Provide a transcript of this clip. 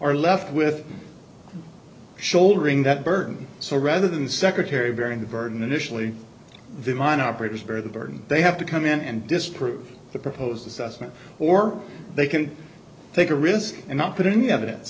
are left with shouldering that burden so rather than secretary varying the burden initially the mine operators bear the burden they have to come in and disprove the proposed assessment or they can take a risk and not put in evidence